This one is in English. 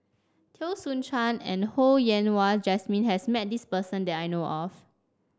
Teo Soon Chuan and Ho Yen Wah Jesmine has met this person that I know of